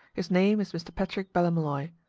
his name is mr. patrick ballymolloy.